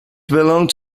belongs